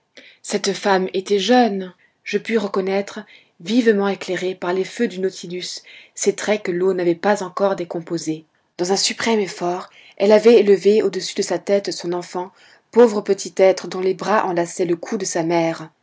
cette femme était jeune je pus reconnaître vivement éclairés par les feux du nautilus ses traits que l'eau n'avait pas encore décomposés dans un suprême effort elle avait élevé au-dessus de sa tête son enfant pauvre petit être dont les bras enlaçaient le cou de sa mère